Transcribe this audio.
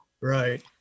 right